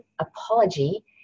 apology